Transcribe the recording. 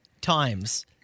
times